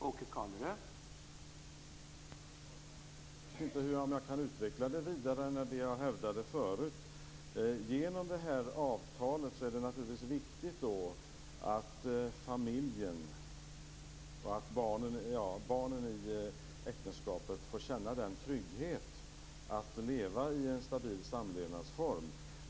Herr talman! Jag vet inte om jag kan utveckla det mer än jag gjorde förut. Genom det här avtalet kan barnen i äktenskapet få känna den viktiga tryggheten att leva i en stabil samlevnadsform.